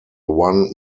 one